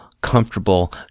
comfortable